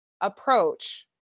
approach